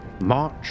march